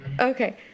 okay